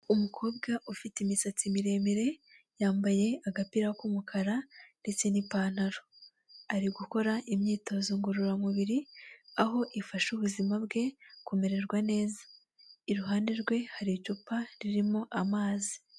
Umukobwa ufite imisatsi miremire, yambaye agapira k'umukara ndetse n'ipantaro. Ari gukora imyitozo ngororamubiri, aho ifasha ubuzima bwe kumererwa neza. Iruhande rwe har’icupa ririmo amazi.